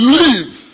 live